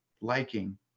liking